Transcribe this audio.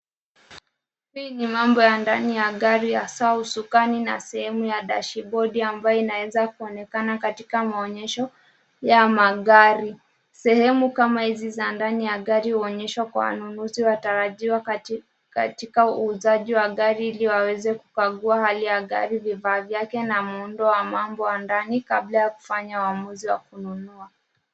Hii ni mambo ya ndani ya gari hasa usukani na sehemu ya dashibodi ambayo inaweza kuonekana katika maonyesho ya magari. Sehemu kama hizi za ndani ya gari huonyeshwa kwa wanunuzi watarajiwa katika uuzaji wa gari ili waweze kukagua hali ya gari, vifaa vyake na muundo wa mambo ya ndani kabla ya kufanya uamuzi wa kununua.